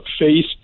face